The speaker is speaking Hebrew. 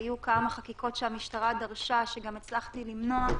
היו כמה חקיקות שהמשטרה דרשה שגם הצלחתי למנוע,